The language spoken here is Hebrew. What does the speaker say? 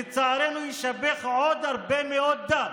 לצערנו יישפך עוד הרבה מאוד דם